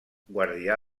guardià